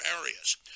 areas